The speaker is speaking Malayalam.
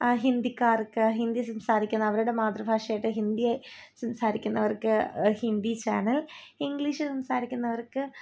ആ ഹിന്ദിക്കാർക്ക് ഹിന്ദി സംസാരിക്കുന്ന അവരുടെ മാതൃഭാഷയായിട്ടു ഹിന്ദി സംസാരിക്കുന്നവർക്കു ഹിന്ദി ചാനൽ ഇംഗ്ലീഷ് സംസാരിക്കുന്നവർക്ക്